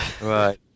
right